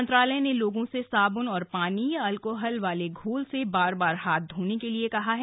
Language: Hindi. मंत्रालय ने लोगों से साबुन और पानी या एल्कोहल वाले घोल से बार बार हाथ धोने के लिए कहा है